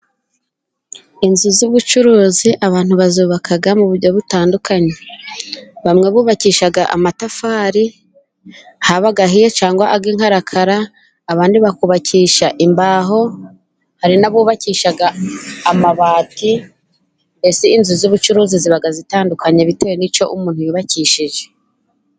Inzu z'ubucuruzi abantu bazubaka mu buryo butandukanye, bamwe bubakisha amatafari haba ahiye, cyangwa ay'inkarakara, abandi bakubakisha imbaho, hari n'abubakisha amabati, mbese inzu z'ubucuruzi ziba zitandukanye, bitewe n'icyo umuntu yubakishije.